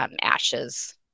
ashes